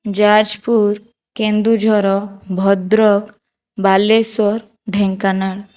Jajpur Kendujhar Bhadrak Baleswar Dhenkanal